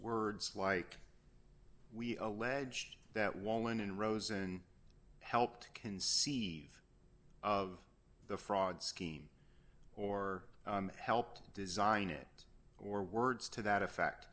words like we alleged that wallin and rose and helped conceive of the fraud scheme or helped design it or words to that effect